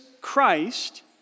Christ